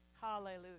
Hallelujah